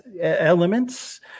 elements